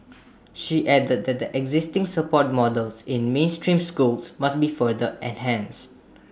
she added that the existing support models in mainstream schools must be further enhanced